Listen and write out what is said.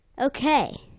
okay